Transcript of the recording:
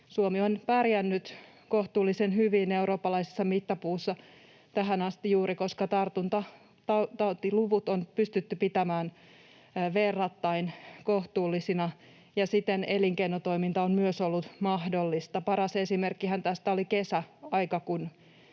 Suomi on nyt pärjännyt kohtuullisen hyvin eurooppalaisessa mittapuussa tähän asti juuri, koska tartuntatautiluvut on pystytty pitämään verrattain kohtuullisina ja siten myös elinkeinotoiminta on ollut mahdollista. Paras esimerkkihän tästä oli kesäaika,